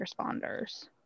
responders